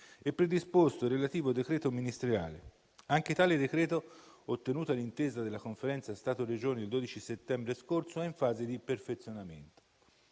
predisposto il relativo decreto ministeriale. Anche tale decreto, ottenuta l'intesa della Conferenza Stato-Regioni il 12 settembre scorso, è in fase di perfezionamento.